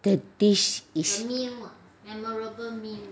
the dish is